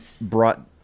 brought